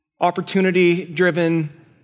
opportunity-driven